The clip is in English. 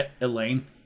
Elaine